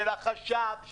של החשב,